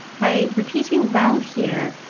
by repeating val here,